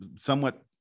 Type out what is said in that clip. somewhat